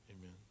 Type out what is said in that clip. Amen